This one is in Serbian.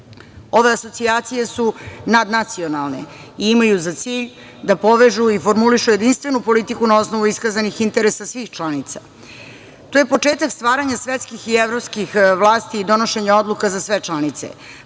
asocijacije su nadnacionalne i imaju za cilj da povežu i formulišu jedinstvenu politiku na osnovu iskazanih interesa svih članica. To je početak stvaranja svetskih i evropskih vlasti i donošenje odluka za sve članice.